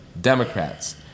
Democrats